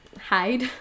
hide